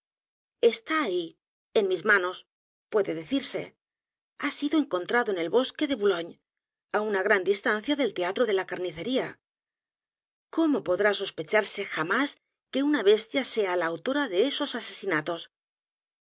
a ahí en mis manos puede decirse ha sido encontrado en el bosque de boulogne á una g r a n distancia del teatro de la carnicería cómo podrá sospecharse j a m á s que u n a hestia sea la autora de esos asesinatos